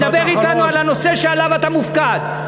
תדבר אתנו על הנושא שעליו אתה מופקד.